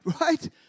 right